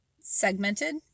segmented